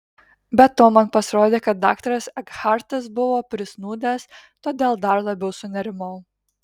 be to man pasirodė kad daktaras ekhartas buvo prisnūdęs todėl dar labiau sunerimau